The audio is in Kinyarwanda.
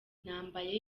nambaye